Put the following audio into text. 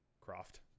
Croft